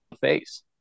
face